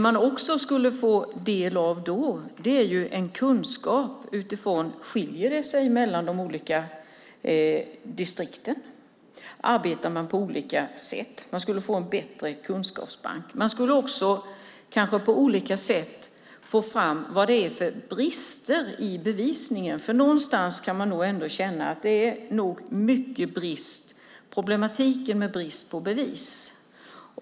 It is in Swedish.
Då skulle man få veta om det skiljer sig mellan de olika distrikten och om man arbetar på olika sätt. Man skulle få en bättre kunskapsbank. Man skulle kanske också på olika sätt få fram vilka brister som finns i bevisningen. Problemet är nog ofta en brist på bevis.